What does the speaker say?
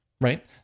Right